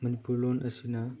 ꯃꯅꯤꯄꯨꯔ ꯂꯣꯟ ꯑꯁꯤꯅ